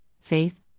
faith